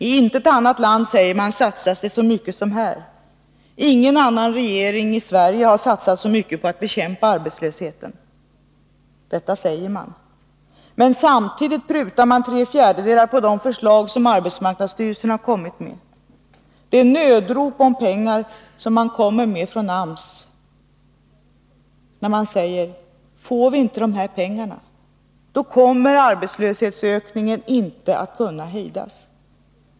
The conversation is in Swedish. I intet annat land, säger man, satsas det så mycket som här. Ingen annan regering i Sverige har satsat så mycket på att bekämpa arbetslösheten. Detta säger man. Men samtidigt prutar man ju tre fjärdedelar på de förslag som arbetsmarknadsstyrelsen har kommit med. Och det är nödrop om pengar som kommer från AMS, där man säger: Får vi inte de här pengarna, då kommer arbetslöshetsökningen inte att kunna hejdas.